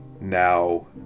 now